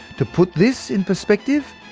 to put this in perspective,